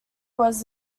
was